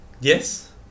Yes